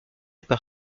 par